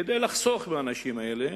כדי לחסוך לאנשים האלה